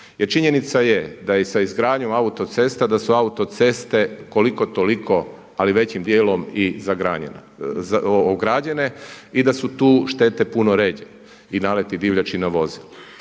činjenica je da i sa izgradnjem autocesta, da su autoceste koliko toliko ali većim dijelom i ograđene i da su tu štete puno rjeđe i naleti divljači na vozilo.